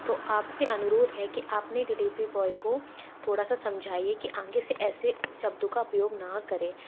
तो आपसे अनुरोध है कि आपने डिलीवरी बॉय को थोड़ा सा समझाइए कि आगे से ऐसे शब्दों का उपयोग ना करें